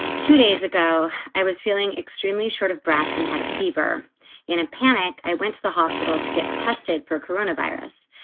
two days ago i was feeling extremely short of breath and had a fever in a panic. i went to the hospital to get tested for coronavirus.